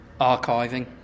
archiving